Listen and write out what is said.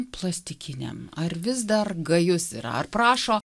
plastikiniam ar vis dar gajus yra ar prašo